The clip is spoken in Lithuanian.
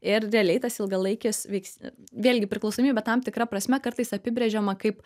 ir realiai tas ilgalaikis veiks vėlgi priklausomybė tam tikra prasme kartais apibrėžiama kaip